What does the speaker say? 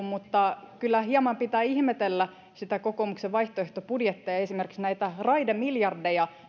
mutta kyllä hieman pitää ihmetellä sitä kokoomuksen vaihtoehtobudjettia esimerkiksi raidemiljardeja